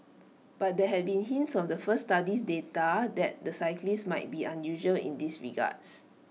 but there had been hints of the first study's data that the cyclists might be unusual in these regards